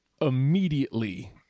immediately